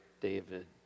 David